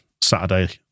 Saturday